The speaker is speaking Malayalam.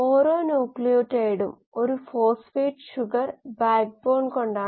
കോശ റെഡോക്സ് അവസ്ഥ അറിയപ്പെടുന്ന ഒരു സൂചകമാണ് കോശ ഊർജ്ജ അവസ്ഥ അല്ലെങ്കിൽ കോശങ്ങളുടെ ഉപാപചയ അവസ്ഥ മറ്റൊരു സൂചകമാണ്